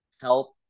health